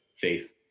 faith